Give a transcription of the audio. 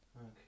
Okay